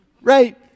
Right